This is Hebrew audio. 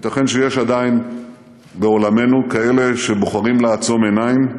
ייתכן שיש עדיין בעולמנו כאלה שבוחרים לעצום עיניים,